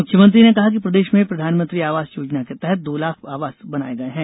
मुख्यमंत्री ने कहा कि प्रदेश में प्रधानमंत्री आवास योजना के तहत दो लाख आवास बनाए गए हैं